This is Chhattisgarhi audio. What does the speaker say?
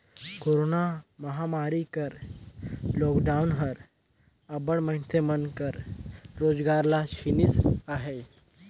कोरोना महमारी कर लॉकडाउन हर अब्बड़ मइनसे मन कर रोजगार ल छीनिस अहे